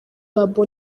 babo